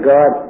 God